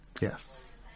Yes